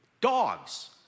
Dogs